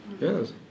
Yes